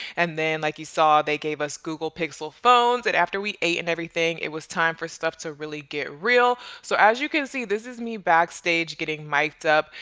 and then like you saw they gave us google pixel phones. and after we ate and everything, it was time for stuff to really get real. so as you can see, this is me backstage, getting miked up,